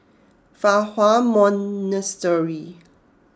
Fa Hua Monastery